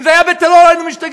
אם זה היה בטרור, היינו משתגעים.